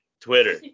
Twitter